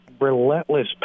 relentless